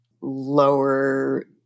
lower